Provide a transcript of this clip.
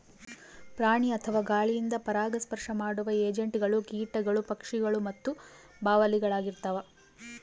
ಪ್ರಾಣಿ ಅಥವಾ ಗಾಳಿಯಿಂದ ಪರಾಗಸ್ಪರ್ಶ ಮಾಡುವ ಏಜೆಂಟ್ಗಳು ಕೀಟಗಳು ಪಕ್ಷಿ ಮತ್ತು ಬಾವಲಿಳಾಗಿರ್ತವ